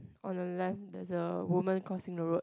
on the left there's a woman crossing the road